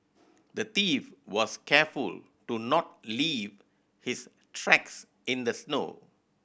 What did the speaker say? the thief was careful to not leave his tracks in the snow